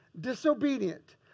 disobedient